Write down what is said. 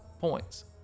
points